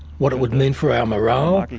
what it would mean for our morale?